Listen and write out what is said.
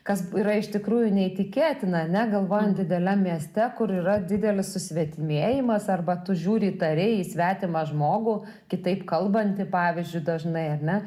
kas yra iš tikrųjų neįtikėtina ane galvojant dideliam mieste kur yra didelis susvetimėjimas arba tu žiūri įtariai į svetimą žmogų kitaip kalbantį pavyzdžiui dažnai ar ne